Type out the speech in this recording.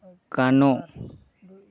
Kanhu